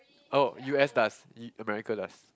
oh U_S does U~ America does